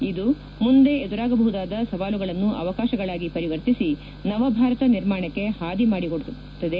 ಇದು ಮುಂದೆ ಎದುರಾಗಬಹುದಾದ ಸವಾಲುಗಳನ್ನು ಅವಕಾಶಗಳಾಗಿ ಪರಿವರ್ತಿಸಿ ನವ ಭಾರತ ನಿರ್ಮಾಣಕ್ಕೆ ಹಾದಿ ಮಾಡಿಕೊಡುತ್ತದೆ